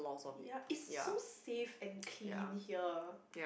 ya it's so safe and clean here